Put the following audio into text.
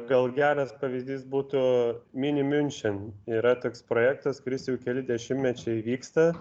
gal geras pavyzdys būtų minimiunšen yra toks projektas kuris jau keli dešimtmečiai vyksta